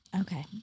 Okay